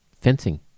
fencing